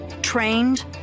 trained